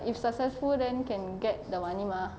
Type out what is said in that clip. like if successful then can get the money mah